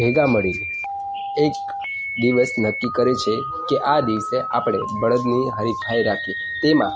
ભેગા મળી એક દિવસ નક્કી કરે છે કે આ દિવસે આપણે બળદની હરીફાઈ રાખી તેમાં